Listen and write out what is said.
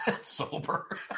Sober